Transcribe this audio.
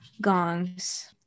Gongs